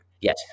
Yes